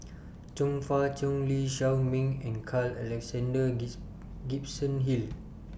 Chong Fah Cheong Lee Shao Meng and Carl Alexander Gibson Hill